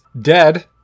dead